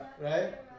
Right